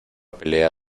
pelea